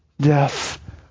death